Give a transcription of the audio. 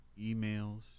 emails